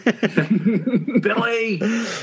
Billy